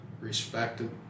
respected